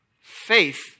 Faith